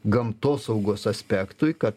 gamtosaugos aspektui kad